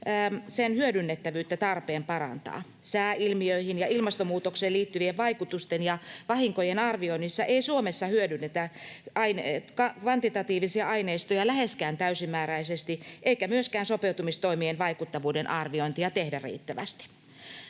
sen hyödynnettävyyttä tarpeen parantaa. Sääilmiöihin ja ilmastonmuutokseen liittyvien vaikutusten ja vahinkojen arvioinnissa ei Suomessa hyödynnetä kvantitatiivisia aineistoja läheskään täysimääräisesti eikä myöskään sopeutumistoimien vaikuttavuuden arviointia tehdä riittävästi.